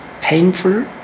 painful